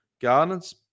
Gardens